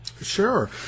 Sure